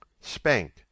Spank